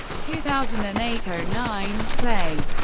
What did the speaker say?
two thousand and eight ah nine play